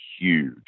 huge